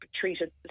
treated